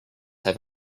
have